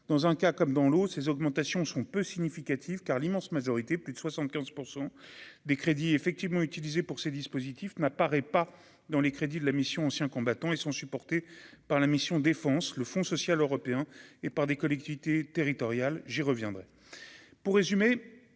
dans un cas comme dans l'eau, ces augmentations sont peu significatifs car l'immense majorité, plus de 75 % des crédits effectivement utilisée pour ces dispositifs n'apparaît pas dans les crédits de la mission Anciens combattants et sont supportés par la mission Défense le Fonds social européen et par des collectivités territoriales, j'y reviendrai pour résumer